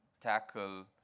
tackle